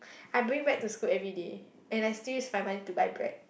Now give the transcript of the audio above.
I bring bread to school everyday and I still use my money to buy bread